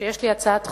יש לי הצעת חוק,